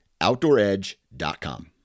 OutdoorEdge.com